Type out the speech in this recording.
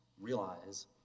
realize